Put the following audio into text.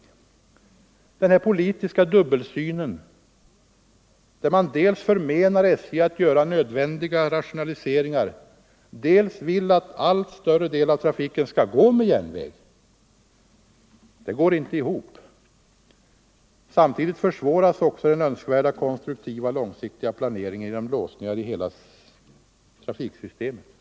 Nr 128 Denna politiska dubbelsyn — dels förmenar man SJ att göra nödvändiga Tisdagen den rationaliseringar, dels vill man att en allt större del av trafiken skall 26 november 1974 gå med järnväg — försvårar också den önskvärda konstruktiva långsiktiga I planeringen genom en låsning av hela trafiksystemet. Ang.